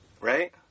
right